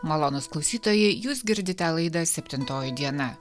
malonūs klausytojai jūs girdite laidą septintoji diena